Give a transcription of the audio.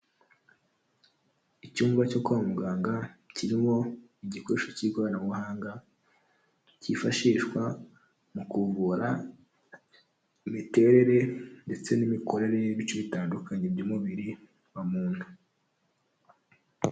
Icyumba cyo kwa muganga kirimo igikoresho cy'ikoranabuhanga, cyifashishwa mu kuvura imiterere ndetse n'imikorere y'ibice bitandukanye by'umubiri, wa muntu.